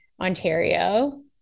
Ontario